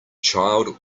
child